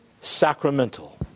sacramental